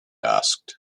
asked